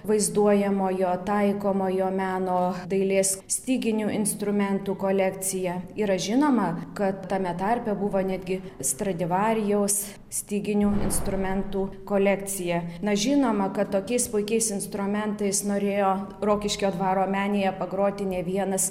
vaizduojamojo taikomojo meno dailės styginių instrumentų kolekcija yra žinoma kad tame tarpe buvo netgi stradivarijaus styginių instrumentų kolekcija na žinoma kad tokiais puikiais instrumentais norėjo rokiškio dvaro menėje pagroti ne vienas